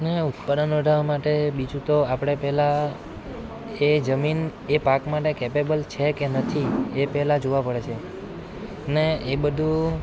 અને ઉત્પાદન વધારવા માટે બીજું તો આપણે પહેલાં એ જમીન એ પાક માટે કેપેબલ છે કે નથી એ પહેલાં જોવા પડે છે ને એ બધું